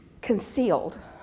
concealed